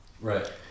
Right